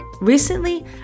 Recently